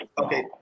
okay